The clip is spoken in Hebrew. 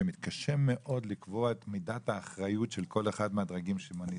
שמתקשה מאוד לקבוע את מידת האחריות של כל אחד מהדרגים שמנית.